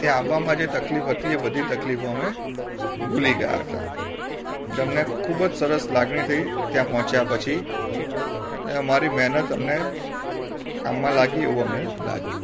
ત્યાં આવવામાં જે તકલીફ હતી એ બધી તકલીફો અમે ભૂલી ગયા હતા અમને ખૂબ જ સરસ લાગણી થઈ ત્યાં પહોંચ્યા પછી અને અમારી મહેનત અમને કામમાં લાગી એવું અમને લાગ્યું